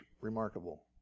remarkable